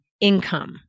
income